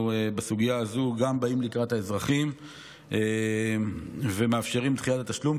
בסוגיה הזאת אנחנו גם באים לקראת האזרחים ומאפשרים את דחיית התשלום,